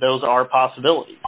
those are possibilities